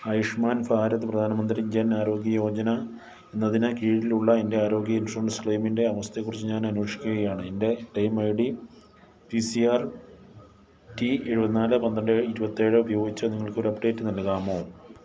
ആയുഷ്മാൻ ഭാരത് പ്രധാനമന്ത്രി ജൻ ആരോഗ്യ യോജന എന്നതിന് കീഴിലുള്ള എൻ്റെ ആരോഗ്യ ഇൻഷുറൻസ് ക്ലെയിമിൻ്റെ അവസ്ഥയെക്കുറിച്ച് ഞാൻ അന്വേഷിക്കുകയാണ് എൻ്റെ claim I D P C R T എഴുപത്തിനാല് പന്ത്രണ്ട് ഇരുപത്തിയേഴ് ഉപയോഗിച്ച് നിങ്ങൾക്കൊരു അപ്ഡേറ്റ് നൽകാമോ